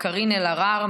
קארין אלהרר,